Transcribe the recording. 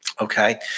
okay